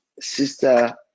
sister